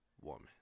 woman